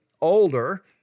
older